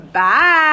Bye